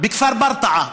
בכפר ברטעה,